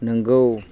नोंगौ